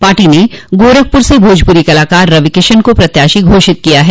party ने गोरखपुर से भोजपुरी कलाकार रविकिशन को प्रत्याशी घोषित किया है